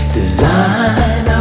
design